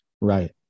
right